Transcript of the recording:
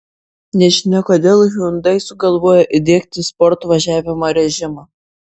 nežinia kodėl hyundai sugalvojo įdiegti sport važiavimo režimą